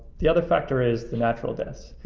the other factor is the natural deaths.